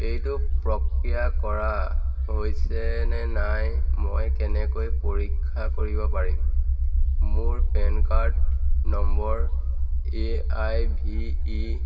এইটো প্ৰক্ৰিয়া কৰা হৈছে নে নাই মই কেনেকৈ পৰীক্ষা কৰিব পাৰিম মোৰ PAN card number A I V E